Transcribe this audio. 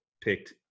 picked